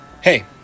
Hey